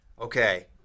Okay